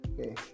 okay